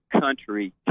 country